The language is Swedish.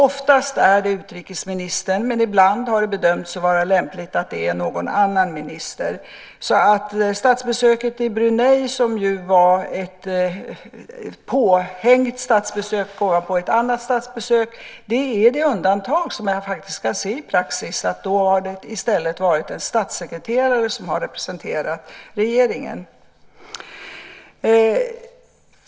Oftast är det utrikesministern men ibland har det bedömts vara lämpligt att det är någon annan minister. Statsbesöket i Brunei, som var påhängt ovanpå ett annat statsbesök, är det undantag som jag faktiskt kan se i praxis. Där var det i stället en statssekreterare som representerade regeringen.